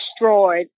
destroyed